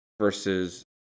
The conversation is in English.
versus